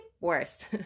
worst